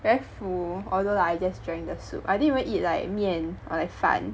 very full although like I just drank the soup I didn't even eat like 面 or like 饭